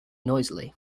noisily